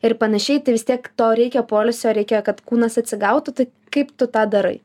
ir panašiai tai vistiek to reikia poilsio reikia kad kūnas atsigautų tai kaip tu tą darai